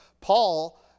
Paul